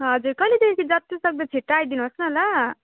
हजुर कहिलेदेखि जतिसक्दो छिट्टो आइदिनुहोस् न ल